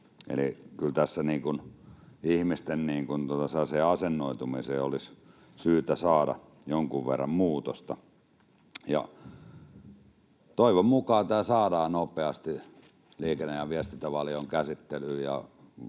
Eli kyllä tässä sellaiseen ihmisten asennoitumiseen olisi syytä saada jonkun verran muutosta. Toivon mukaan tämä saadaan nopeasti liikenne‑ ja viestintävaliokunnan käsittelyyn,